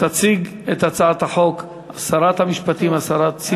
תציג את הצעת החוק שרת המשפטים ציפי לבני.